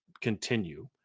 continue